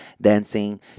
dancing